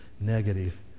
negative